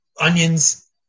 onions